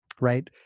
right